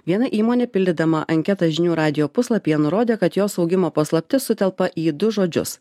viena įmonė pildydama anketą žinių radijo puslapyje nurodė kad jos augimo paslaptis sutelpa į du žodžius